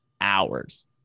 Hours